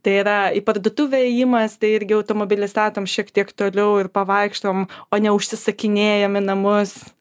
tai yra į parduotuvę ėjimas tai irgi automobilį statom šiek tiek toliau ir pavaikštom o ne užsisakinėjam į namus